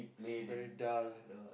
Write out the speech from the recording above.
very dull